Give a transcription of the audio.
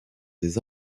des